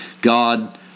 God